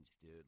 dude